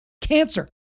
Cancer